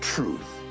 Truth